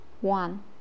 one